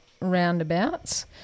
roundabouts